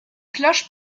cloches